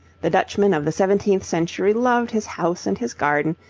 the dutchman of the seventeenth century loved his house and his garden,